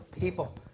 people